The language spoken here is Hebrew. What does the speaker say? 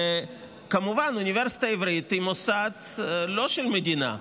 כמובן, האוניברסיטה העברית היא מוסד לא של המדינה.